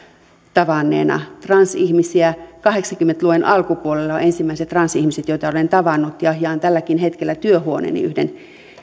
tavanneena jo kahdeksankymmentä luvun alkupuolella olen ensimmäiset transihmiset tavannut ja jaan tälläkin hetkellä työhuoneeni yhden